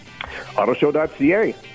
Autoshow.ca